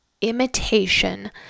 imitation